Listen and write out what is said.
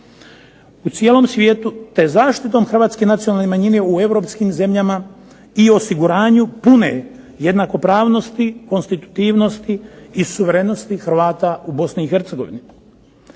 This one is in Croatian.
u cijelom svijetu te zaštitom hrvatske nacionalne manjina u europskim zemljama i osiguranju pune jednakopravnosti, konstitutivnosti i suverenosti Hrvata u Bosni